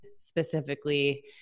specifically